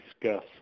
discuss